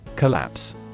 Collapse